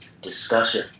discussion